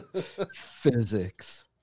Physics